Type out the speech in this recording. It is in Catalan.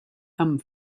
amb